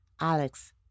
Alex